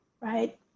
Right